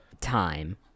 time